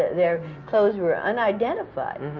their clothes were unidentified.